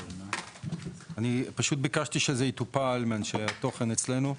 אני ביקשתי שזה יטופל מאנשי התוכן אצלנו.